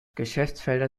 geschäftsfelder